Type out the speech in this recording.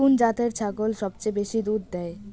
কুন জাতের ছাগল সবচেয়ে বেশি দুধ দেয়?